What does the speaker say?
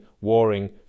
warring